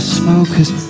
smoker's